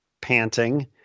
panting